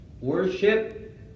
Worship